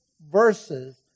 verses